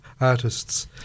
artists